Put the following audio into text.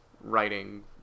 writing